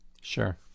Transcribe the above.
Sure